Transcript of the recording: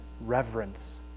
reverence